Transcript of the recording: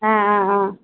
ஆ ஆ ஆ